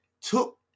took